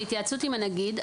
בהתייעצות עם הנגיד,